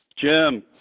Jim